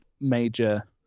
major